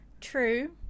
True